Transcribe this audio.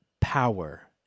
power